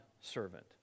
servant